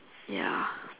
ya